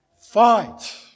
fight